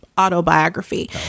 autobiography